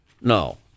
No